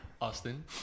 Austin